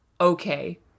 okay